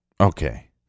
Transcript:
okay